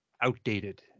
outdated